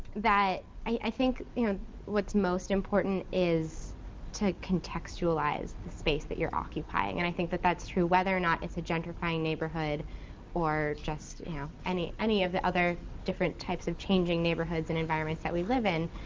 that i think and what's most important is to contextualize the space that you're occupying and i think that, that's true whether or not its a gentrifying neighborhood or just yeah any any of the other different types of changing neighborhoods and environments that we live in.